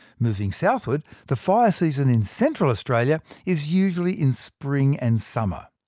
moving southward, the fire season in central australia is usually in spring and summer.